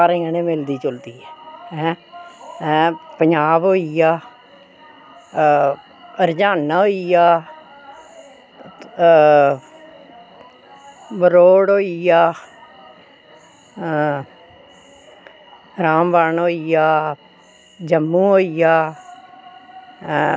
सारें कन्नै मिलदी जुलदी ऐ ऐं पंजाब होइया हरियाना होइया मरोड़ होइया रामबन होइया जम्मू होइया ऐं